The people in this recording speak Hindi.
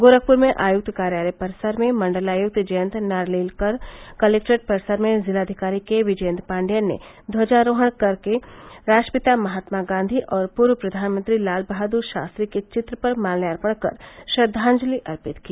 गोरखपुर में आयुक्त कार्यालय परिसर में मण्डलायुक्त जयंत नार्लिकर कलेक्ट्रेट परिसर में जिलाधिकारी के विजयेन्द्र पाण्डियन ने ध्वजारोहण कर राष्ट्रपिता महात्मा गांधी और पूर्व प्रधानमंत्री लाल बहादुर शास्त्री के चित्र पर माल्यार्पण कर श्रद्वांजलि अर्पित की